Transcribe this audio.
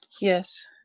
Yes